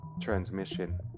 transmission